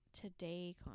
today